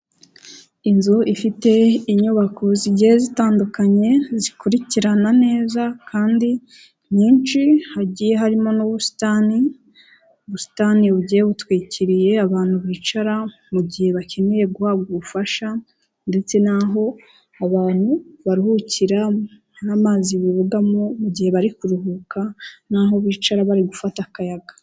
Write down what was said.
Inzu ifite inyubako zigiye zitandukanye zikurikirana neza kandi nyinshi hagiye harimo n'ubusitani busitani bugiye butwikiriye abantu bicara mu gihe bakeneye guhabwa ubufasha, ndetse naho abantu baruhukira n'amazi bogamo mu gihe bari kuruhuka naho bicara bari gufata akayaga.